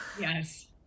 Yes